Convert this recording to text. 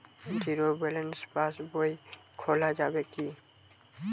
Zero balance পাশ বই খোলা যাবে কি?